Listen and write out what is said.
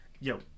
yo